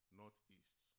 northeast